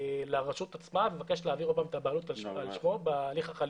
לרשות עצמה ויבקש להעביר שוב את הבעלות על שמו בהליך החליפי.